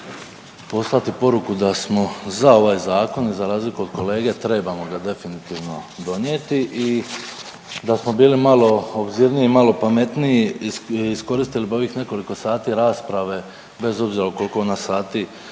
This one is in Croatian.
poslati poruku da smo za ovaj zakon. Za razliku od kolege trebamo ga definitivno donijeti i da smo bili malo obzirniji, malo pametniji iskoristili bi ovih nekoliko sati rasprave bez obzira u koliko je ona sati